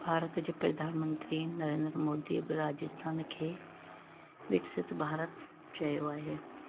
भारत जे प्रधानमंत्री नरेंद्र मोदीअ बि राजस्थान खे विकसित भारत चयो आहे